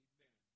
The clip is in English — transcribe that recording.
Amen